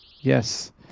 Yes